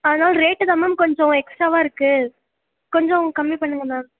ஆனால் ரேட்டு தான் மேம் கொஞ்சம் எக்ஸ்ட்ராவாக இருக்குது கொஞ்சம் கம்மி பண்ணுங்க மேம்